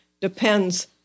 depends